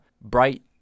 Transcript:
bright